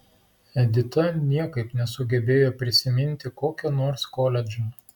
edita niekaip nesugebėjo prisiminti kokio nors koledžo